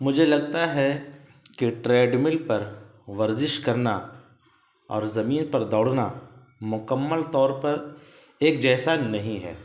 مجھے لگتا ہے کہ ٹریڈ مل پر ورزش کرنا اور زمین پر دوڑنا مکمل طور پر ایک جیسا نہیں ہے